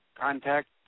contact